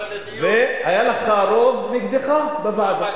והיה לך רוב נגדך בוועדה.